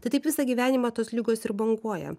tai taip visą gyvenimą tos ligos ir banguoja